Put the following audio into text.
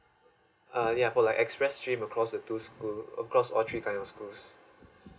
uh yeah for like express stream across the two school across all three kind of schools